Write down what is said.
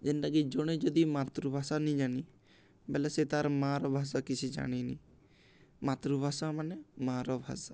ଯେନ୍ଟାକି ଜଣେ ଯଦି ମାତୃଭାଷା ନିି ଜାନି ବଲେ ସେ ତାର ମାଆର ଭାଷା କିଛି ଜାଣିନି ମାତୃଭାଷା ମାନେ ମାଆର ଭାଷା